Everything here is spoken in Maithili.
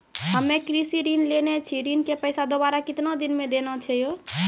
हम्मे कृषि ऋण लेने छी ऋण के पैसा दोबारा कितना दिन मे देना छै यो?